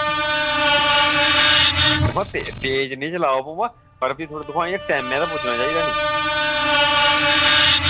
दिक्खोआं ते तेज नि चलाओ भआं पर फ्ही थोह्ड़ा दिक्खोआं इयां टैमे दा पुज्जना चाहिदा निं